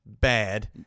bad